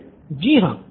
student ४ जी हाँ